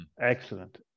excellent